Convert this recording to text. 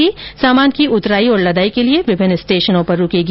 यह रेल सामान की उतराई और लदाई के लिए विभिन्न स्टेशनों पर रूकेगी